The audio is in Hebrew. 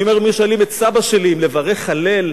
אני אומר, אם היו שואלים את סבא שלי אם לברך הלל,